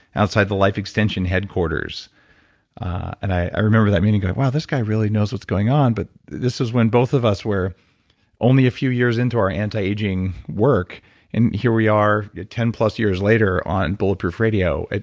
outside the life extension headquarters and i remember that meeting going wow, this guy really knows what's going on but this is when both of us were only a few years into our anti-aging work and here we are ten plus years later on bulletproof radio.